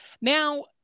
Now